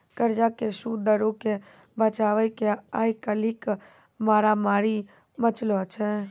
कर्जा के सूद दरो के बचाबै के आइ काल्हि मारामारी मचलो छै